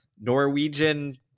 Norwegian